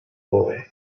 boy